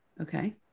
Okay